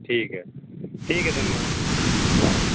ठीक है ठीक है धन्यवाद